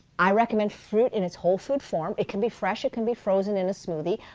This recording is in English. i recommend fruit in its whole food form. it can be fresh. it can be frozen in a smoothie.